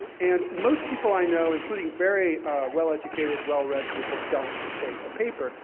and most people i know, including very well-educated, well read people, don't take a paper.